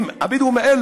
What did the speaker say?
הבדואים האלה,